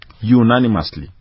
Unanimously